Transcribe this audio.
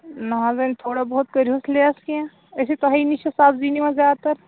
نہَ حظ وۅنۍ تھوڑا بہت کٔرۍہوٗس لیس کیٚنٛہہ أسۍ ہے تۄہی نِش چھِ سَبزۍ نِوان زیادٕ تر